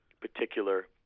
particular